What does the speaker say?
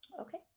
Okay